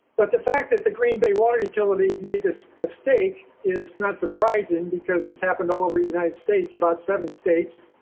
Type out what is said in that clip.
but the fact that the green bay water utility made this mistake is not surprising because it's happened all over the united states about seven states.